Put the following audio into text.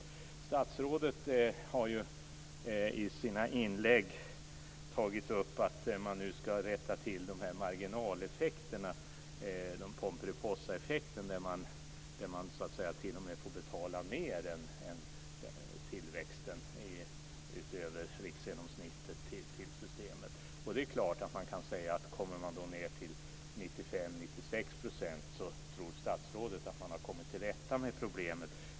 Statsrådet har ju i sina inlägg tagit upp att man nu ska rätta till de här marginaleffekterna, de pomperipossaeffekter som gör att man t.o.m. får betala mer än tillväxten utöver riksgenomsnittet till systemet. Kommer man då ned till 95-96 % så tror statsrådet att man har kommit till rätta med problemet.